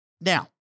Now